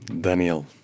daniel